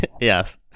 Yes